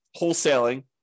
wholesaling